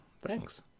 thanks